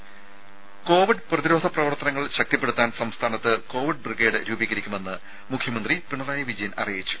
രേര കോവിഡ് പ്രതിരോധ പ്രവർത്തനങ്ങൾ ശക്തിപ്പെടുത്താൻ സംസ്ഥാനത്ത് കോവിഡ് ബ്രിഗേഡ് രൂപീകരിക്കുമെന്ന് മുഖ്യമന്ത്രി പിണറായി വിജയൻ അറിയിച്ചു